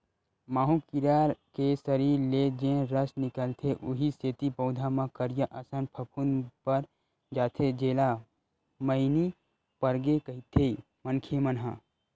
माहो कीरा के सरीर ले जेन रस निकलथे उहीं सेती पउधा म करिया असन फफूंद पर जाथे जेला मइनी परगे कहिथे मनखे मन ह